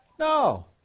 No